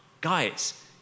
guys